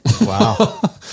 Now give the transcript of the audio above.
wow